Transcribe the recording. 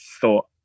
thought